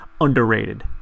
underrated